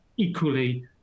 equally